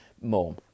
more